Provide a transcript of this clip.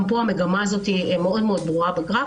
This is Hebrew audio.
גם פה המגמה הזאת מאוד ברורה בגרף.